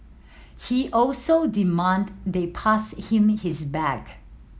he also demanded they pass him his bag